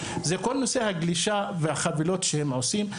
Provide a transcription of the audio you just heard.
זה כל נושא הגלישה והחבילות שהם עושים.